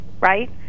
right